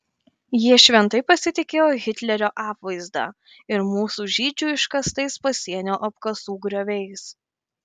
jie šventai pasitikėjo hitlerio apvaizda ir mūsų žydžių iškastais pasienio apkasų grioviais